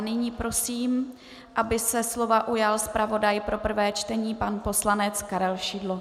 Nyní prosím, aby se slova ujal zpravodaj pro prvé čtení pan poslanec Karel Šidlo.